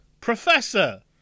Professor